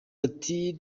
ati